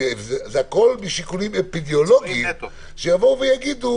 הכול משיקולים אפידמיולוגיים שיגידו